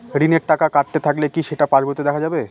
ঋণের টাকা কাটতে থাকলে কি সেটা পাসবইতে দেখা যাবে?